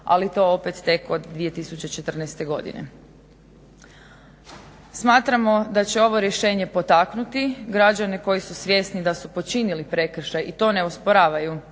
ali to opet tek od 2014.godine. Smatramo da će ovo rješenje potaknuti građane koji su svjesni da su počinili prekršaj i to ne osporavaju